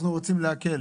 אנחנו רוצים להקל.